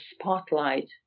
spotlight